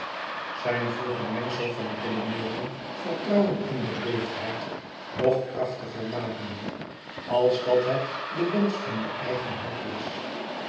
zijn vroeger mengsel van redeneering vertrouwen en beleefdheid nog krachtiger makende als dat het de wensch van je eigen hart was